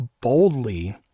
boldly